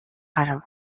гарав